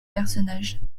personnage